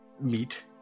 meet